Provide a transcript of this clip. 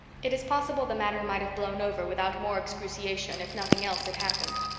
it is possible the matter might have blown over without more excruciation if nothing else had happened.